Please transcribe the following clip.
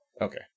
Okay